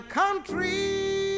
country